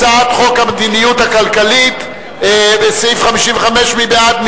הצעת חוק המדיניות הכלכלית, בסעיף 55, מי בעד?